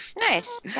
Nice